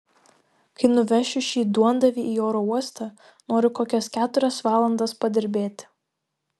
kai nuvešiu šį duondavį į oro uostą noriu kokias keturias valandas padirbėti